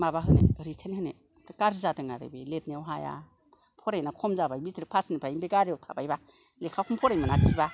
माबा होनो रिथेन होनो गारजि जादों आरो बे लिरनायाव हाया फरायनाया खम जाबाय मेट्रिक फासनिफ्रायनो बे गारियाव थाबायबा लेखाखौनो फरायनो मोनासैबा